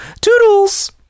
Toodles